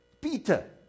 Peter